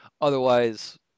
Otherwise